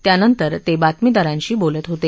त्यानंतर ते बातमीदारांशी बोलत होते